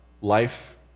life